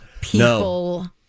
people